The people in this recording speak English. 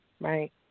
right